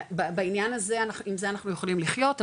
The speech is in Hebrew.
בעניין הזה עם זה אנחנו יכולים לחיות,